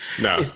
no